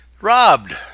robbed